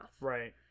Right